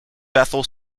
bethel